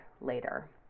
later